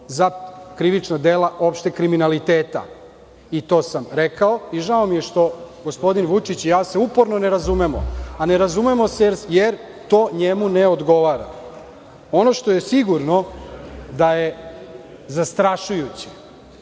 za krivična dela opšteg kriminaliteta. I to sam rekao i žao mi je što se gospodin Vučić i ja uporno ne razumemo, a ne razumemo se jer to njemu ne odgovara. Ono što je sigurno, to je da je zastrašujuće